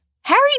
Harry